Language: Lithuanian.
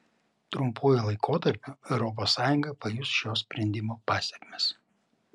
trumpuoju laikotarpiu europos sąjunga pajus šio sprendimo pasekmes